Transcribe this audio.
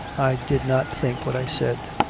i did not think what i said.